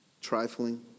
trifling